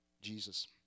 Jesus